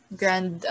grand